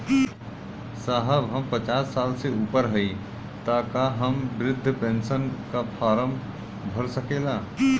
साहब हम पचास साल से ऊपर हई ताका हम बृध पेंसन का फोरम भर सकेला?